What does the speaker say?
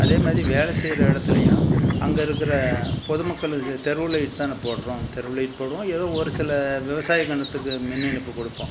அதேமாதிரி வேலை செய்கிற இடத்துலையும் அங்கே இருக்கிற பொதுமக்கள் தெரு லைட் தானே போடுகிறோம் தெரு லைட் போடுவோம் ஏதோ ஒரு சில விவசாய நிலத்துக்கு மின் இணைப்பு கொடுப்போம்